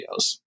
videos